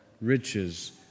riches